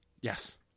Yes